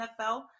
nfl